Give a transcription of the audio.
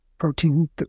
protein